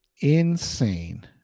insane